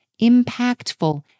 impactful